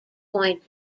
point